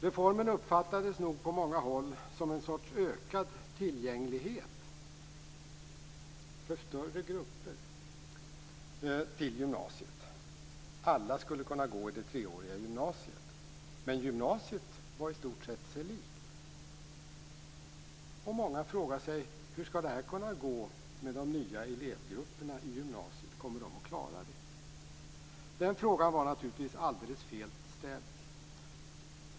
Reformen uppfattades nog på många håll som en sorts ökad tillgänglighet för större grupper till gymnasiet. Alla skulle kunna gå i det treåriga gymnasiet, men gymnasiet var i stort sett sig likt. Många frågade sig hur det skulle gå med de nya elevgrupperna i gymnasiet. Skulle de klara det? Den frågan var naturligtvis alldeles fel ställd.